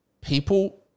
people